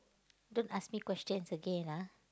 don't ask me questions again ah